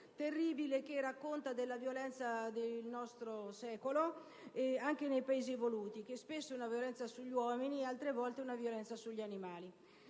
terribile, che racconta della violenza del nostro secolo, anche nei Paesi evoluti: spesso è una violenza sugli uomini, altre volte è una violenza sugli animali.